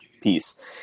piece